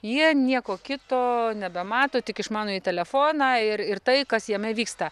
jie nieko kito nebemato tik išmanųjį telefoną ir ir tai kas jame vyksta